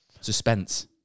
Suspense